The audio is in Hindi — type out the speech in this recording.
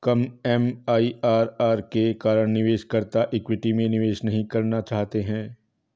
कम एम.आई.आर.आर के कारण निवेशकर्ता इक्विटी में निवेश नहीं करना चाहते हैं